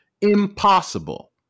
impossible